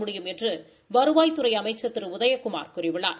முடியும் என்று வருவாய்த்துறை அமைச்சர் திரு உதயகுமார் கூறியுள்ளார்